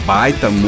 Baita